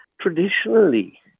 Traditionally